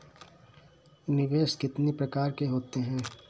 निवेश कितनी प्रकार के होते हैं?